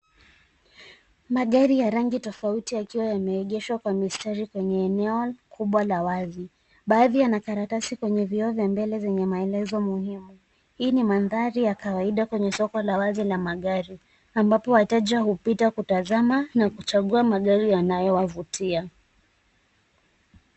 Magari ya rangi tofauti yakiwa yameegeshwa kwa mistari kwenye eneo kubwa la wazi. Baadhi yana karatasi kwenye vioo za mbele yenye maelezo muhimu. Hii ni mandhari ya kawaida kwenye soko la wazi la magari ambapo wateja hupita kutazama na kuchagua magari yanayowavutia.